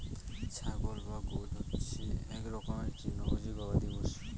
ছাগল বা গোট হচ্ছে এক রকমের তৃণভোজী গবাদি পশু